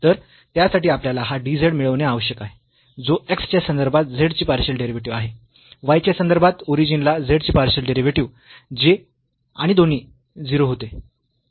तर त्यासाठी आपल्याला हा dz मिळवणे आवश्यक आहे जो x च्या संदर्भात z चे पार्शियल डेरिव्हेटिव्ह आहे y च्या संदर्भात ओरिजिन ला z चे पार्शियल डेरिव्हेटिव्ह जे आणि दोन्ही 0 होते